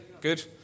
good